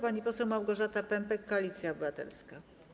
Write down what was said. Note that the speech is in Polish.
Pani poseł Małgorzata Pępek, Koalicja Obywatelska.